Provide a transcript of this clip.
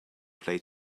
play